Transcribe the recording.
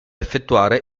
effettuare